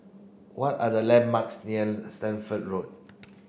what are the landmarks near Stamford Road